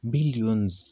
Billions